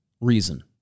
reason